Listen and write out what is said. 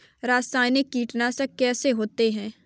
रासायनिक कीटनाशक कैसे होते हैं?